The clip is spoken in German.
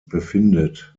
befindet